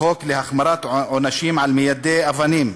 החוק להחמרת עונשים על מיידי אבנים,